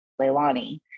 Leilani